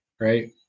right